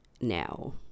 now